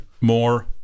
More